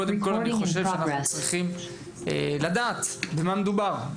קודם אני חושב שאנחנו צריכים לדעת במה מדובר.